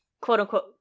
quote-unquote